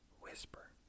Whisper